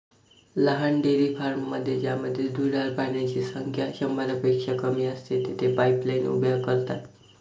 लहान डेअरी फार्ममध्ये ज्यामध्ये दुधाळ प्राण्यांची संख्या शंभरपेक्षा कमी असते, तेथे पाईपलाईन्स उभ्या करतात